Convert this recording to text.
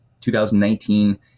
2019